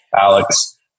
Alex